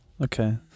Okay